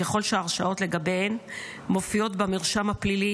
ככל שההרשעות לגביהן מופיעות במרשם הפלילי,